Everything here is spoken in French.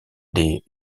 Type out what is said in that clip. des